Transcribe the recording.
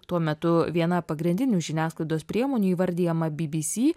tuo metu viena pagrindinių žiniasklaidos priemonių įvardijama bbc